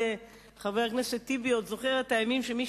חבר הכנסת טיבי עוד זוכר את הימים שמי